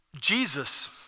Jesus